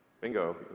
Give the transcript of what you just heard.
bingo